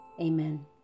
Amen